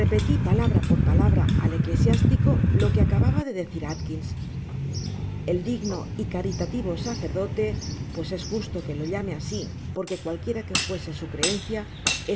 repeti palabra por palabra al eclesiástico lo que aca baba de decir atkins el'digno y caritativo sacerdote pues es justo lo llame asi porque cualquiera que fuese su creencia